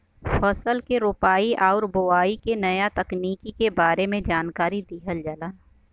फसल के रोपाई आउर बोआई के नया तकनीकी के बारे में जानकारी दिहल जाला